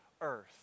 earth